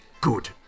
Good